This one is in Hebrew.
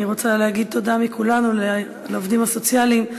אני רוצה להגיד תודה מכולנו לעובדים הסוציאליים,